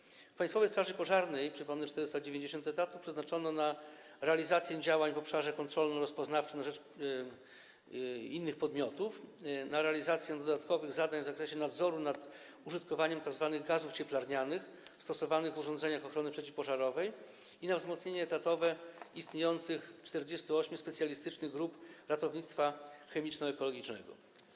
Przypomnę, że w Państwowej Straży Pożarnej 490 etatów przeznaczono na realizację działań w obszarze kontrolno-rozpoznawczym na rzecz innych podmiotów, na realizację dodatkowych zadań w zakresie nadzoru nad użytkowaniem tzw. gazów cieplarnianych stosowanych w urządzeniach ochrony przeciwpożarowej i na wzmocnienie etatowe 48 istniejących specjalistycznych grup ratownictwa chemiczno-ekologicznego.